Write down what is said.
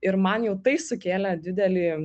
ir man jau tai sukėlė didelį